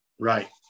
Right